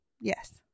Yes